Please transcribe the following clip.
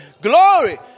Glory